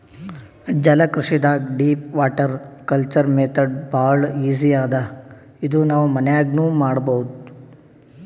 ಜಲಕೃಷಿದಾಗ್ deep water culture method ಭಾಳ್ easy ಅದಾ ಇದು ನಾವ್ ಮನ್ಯಾಗ್ನೂ ಮಾಡಬಹುದ್